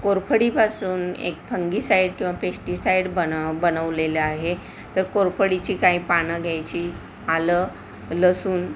कोरफडीपासून एक फंगिसाईड किंवा पेस्टीसाईड बन बनवलेलं आहे तर कोरफडीची काही पानं घ्यायची आलं लसूण